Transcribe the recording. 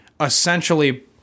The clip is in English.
essentially